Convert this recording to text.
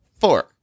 four